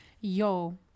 yo